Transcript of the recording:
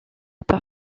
par